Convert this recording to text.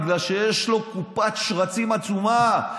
בגלל שיש לו קופת שרצים עצומה.